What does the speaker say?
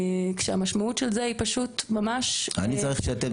כשהמשמעות של זה היא פשוט ממש --- אני צריך שאתם